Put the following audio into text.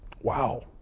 Wow